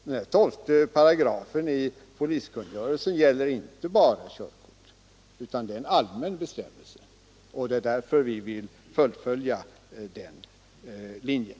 12 8 i polisinstruktionen gäller inte bara körkortet utan är en allmän bestämmelse. Därför vill vi fullfölja den linjen.